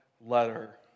letter